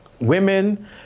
women